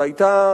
שהיתה